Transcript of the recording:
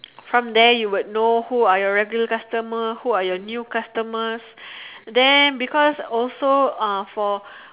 from there you would know who are your regular customer who are your new customers then because also uh for